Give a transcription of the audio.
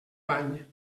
bany